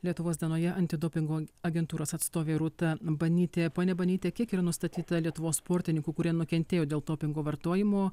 lietuvos dienoje antidopingo agentūros atstovė rūta banytė ponia banyte kiek ir nustatyta lietuvos sportininkų kurie nukentėjo dėl dopingo vartojimo